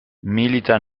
milita